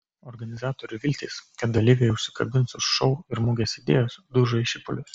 organizatorių viltys kad dalyviai užsikabins už šou ir mugės idėjos dužo į šipulius